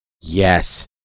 Yes